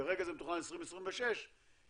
כרגע זה מתוכנן ל-2026 מלווייתן